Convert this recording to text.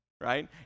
right